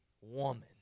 woman